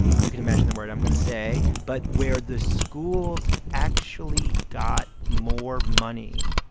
you can imagine the word i'm going to say. but where the schools actually got more money,